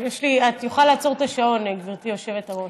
את יכולה לעצור את השעון, גברתי היושבת-ראש.